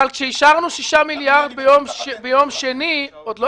כשאישרנו 6 מיליארד ביום שני עוד לא